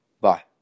Bye